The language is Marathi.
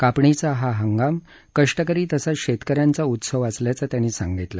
कापणीचा हा हंगाम कष्टकरी तसंच शेतक यांचा उत्सव असल्याचं त्यांनी सांगितलं